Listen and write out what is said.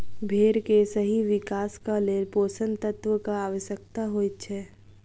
भेंड़ के सही विकासक लेल पोषण तत्वक आवश्यता होइत छै